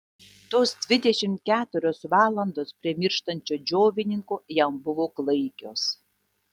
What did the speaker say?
tos dvidešimt keturios valandos prie mirštančio džiovininko jam buvo klaikios